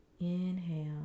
inhale